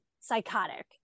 psychotic